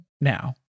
now